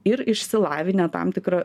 ir išsilavinę tam tikra